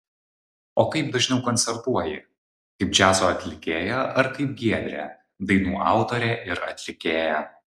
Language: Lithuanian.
o kaip dažniau koncertuoji kaip džiazo atlikėja ar kaip giedrė dainų autorė ir atlikėja